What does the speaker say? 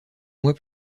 mois